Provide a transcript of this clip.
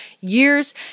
years